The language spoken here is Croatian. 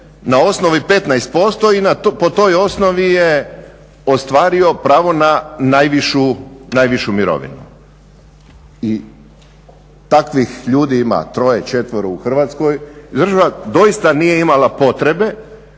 na osnovi 15% i po toj osnovi je ostvario pravo na najvišu mirovinu. Takvih ljudi ima troje, četvero u Hrvatskoj. Država doista nije imala potrebe